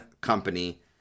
company